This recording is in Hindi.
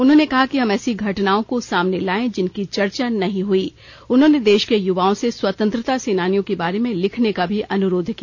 उन्होंने कहा कि हम ऐसी घटनाओं को सामने लाएं जिनकी चर्चा नहीं हुई उन्होंने देश के युवाओं से स्वतंत्रता सेनानियों के बारे में लिखने का भी अनुरोध किया